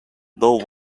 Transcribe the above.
though